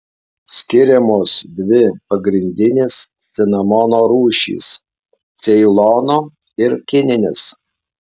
skiriamos dvi pagrindinės cinamono rūšys ceilono ir kininis